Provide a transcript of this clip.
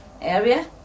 area